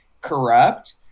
corrupt